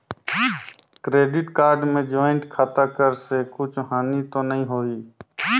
Credit card मे joint खाता कर से कुछ हानि तो नइ होही?